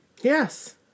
Yes